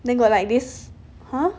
then got like this !huh!